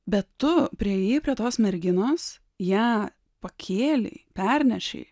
bet tu priėjai prie tos merginos ją pakėlei pernešei